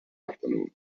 afternoon